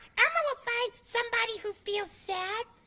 and will find somebody who feels sad.